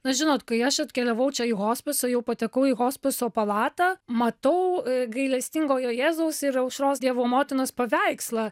na žinot kai aš atkeliavau čia į hospisą jau patekau į hospiso palatą matau gailestingojo jėzaus ir aušros dievo motinos paveikslą